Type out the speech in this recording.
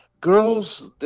Girls